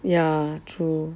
ya true